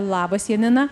labas janina